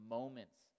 moments